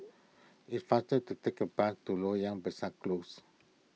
it faster to take a bus to Loyang Besar Close